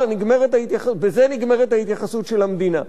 בזה נגמרת ההתייחסות של המדינה,